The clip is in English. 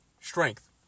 strength